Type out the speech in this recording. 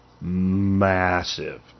Massive